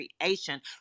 creation